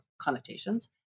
connotations